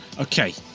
Okay